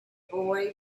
boy